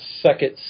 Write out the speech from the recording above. second